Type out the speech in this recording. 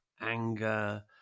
anger